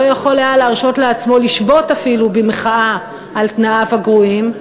לא יכול היה להרשות לעצמו לשבות אפילו במחאה על תנאיו הגרועים.